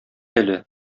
әле